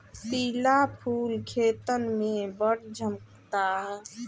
पिला फूल खेतन में बड़ झम्कता